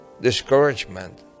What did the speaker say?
discouragement